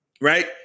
Right